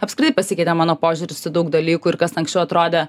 apskrai pasikeitė mano požiūris į daug dalykų ir kas anksčiau atrodė